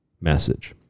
message